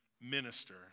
minister